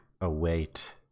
await